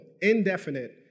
indefinite